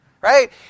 Right